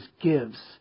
gives